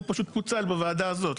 והוא פשוט פוצל בוועדה הזאת.